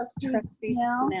trustee snell. yeah